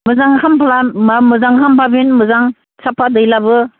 मोजां खालामबा मोजां खामबा बे साफा दै लाबो